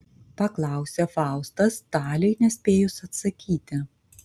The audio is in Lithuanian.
paklausė faustas talei nespėjus atsakyti